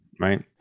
right